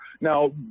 Now